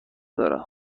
دارم